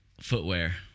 footwear